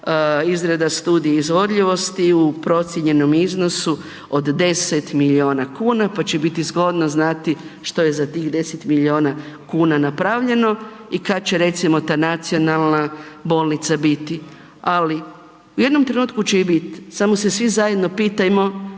izrada studija izvodljivosti u procijenjenom iznosu od 10 milijuna kuna pa će biti zgodno znati što je za tih 10 milijuna kuna napravljeno i kada će recimo ta nacionalna bolnica biti. Ali u jednom trenutku će i biti, samo se svi zajedno pitajmo